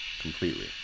completely